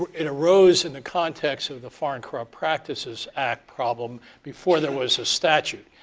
it arose in the context of the foreign corrupt practices act problem before there was a statute.